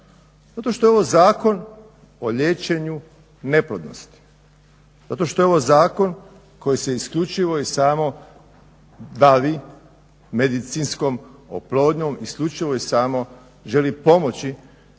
Zato što je ovo zakon o liječenju neplodnosti, zato što je ovo zakon koji se isključivo i samo pravi medicinskom oplodnjom, isključivo i samo želi pomoći